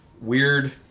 Weird